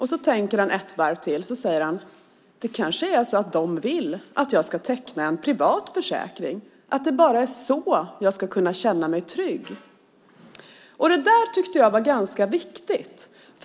Han tänkte ett varv till och sedan sade han: Det kanske är så att regeringen vill att jag ska teckna en privat försäkring och att det bara är så jag ska kunna känna mig trygg. Det där tycker jag var ganska viktigt.